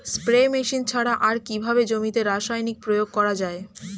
Spray machine ছাড়া আর কিভাবে জমিতে রাসায়নিক প্রয়োগ করা যায়?